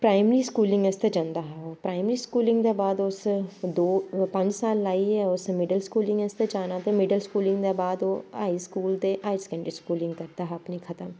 primary schooling आस्तै जंदा हा ओह् प्राईमरी स्कूलिंग दे बाद उस दो पंज साल लाइयै उस मिडल स्कूलिंग आस्तै जाना ते मिडल स्कूलिंग दे बाद ओह् हाई स्कूल ते हाई स्कैंडरी स्कूलिंग करदा हा अपनी खतम